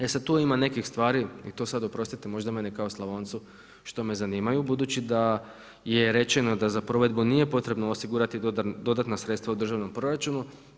E sad tu ima nekih stvari i to sad oprostite možda meni kao Slavoncu što me zanimaju budući da je rečeno da za provedbu nije potrebno osigurati dodatna sredstva u državnom proračunu.